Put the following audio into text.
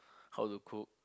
how to cook